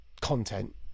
content